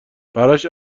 براش